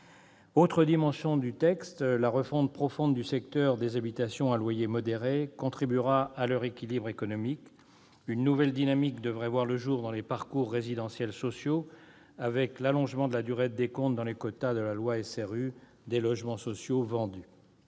Autre dimension du texte : la refonte profonde du secteur des habitations à loyer modéré contribuera à leur équilibre économique. Une nouvelle dynamique devrait voir le jour dans les parcours résidentiels sociaux, avec l'allongement de la durée de décompte dans les quotas de la loi SRU des logements sociaux vendus.